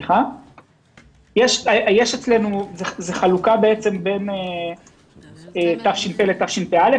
יש אצלנו חלוקה בין תש"ף ו-תשפ"א.